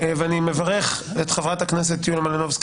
ואני מברך את חברת הכנסת יוליה מלינובסקי